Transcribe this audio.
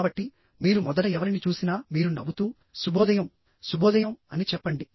కాబట్టి మీరు మొదట ఎవరిని చూసినా మీరు నవ్వుతూ శుభోదయం శుభోదయం అని చెప్పండి